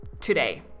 today